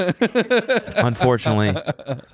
unfortunately